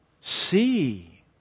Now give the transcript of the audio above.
see